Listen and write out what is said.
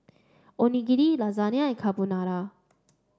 Onigiri Lasagna and Carbonara